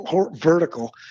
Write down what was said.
vertical